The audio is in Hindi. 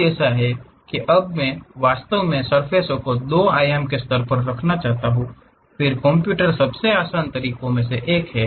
कुछ ऐसा है कि अब मैं वास्तव में सर्फ़ेस को 2 आयाम स्तर पर रखना चाहता हूं फिर कंप्यूटर सबसे आसान तरीकों में से एक कैसे है